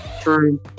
True